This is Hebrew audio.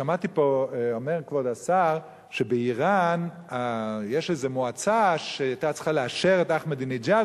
שכבוד השר אומר שבאירן יש איזו מועצה שהיתה צריכה לאשר את אחמדינג'אד